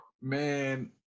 Man